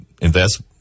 invest